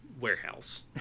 warehouse